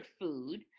food